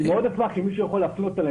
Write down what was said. אני מאוד אשמח שמישהו יוכל להפנות אליי